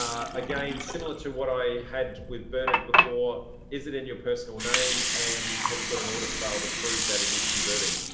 again, similar to what i had with bernard before, is it in your personal name? and have you got an audit trail to prove that it is converting?